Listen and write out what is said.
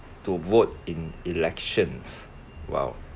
to vote in elections while